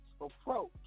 approach